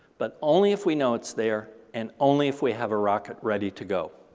but only if we know it's there, and only if we have a rocket ready to go.